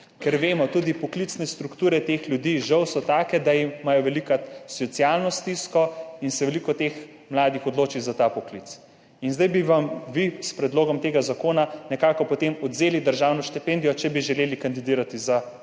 Ker vemo, da so tudi poklicne strukture teh ljudi žal take, da imajo velikokrat socialno stisko in se veliko teh mladih odloči za ta poklic. Zdaj bi vi s predlogom tega zakona nekako potem odvzeli državno štipendijo, če bi želeli kandidirati za